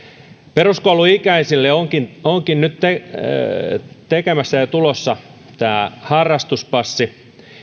peruskouluikäisille onkin onkin nyt tulossa harrastuspassi